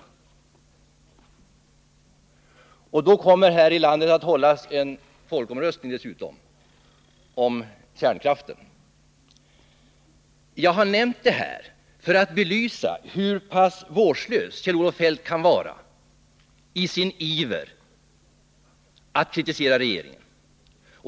Den dagen kommer det dessutom här i landet att hållas en folkomröstning om kärnkraften. Jag har nämnt detta för att belysa hur vårdslös Kjell-Olof Feldt kan vara i sin iver att kritisera regeringen.